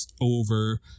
over